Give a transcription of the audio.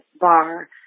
bar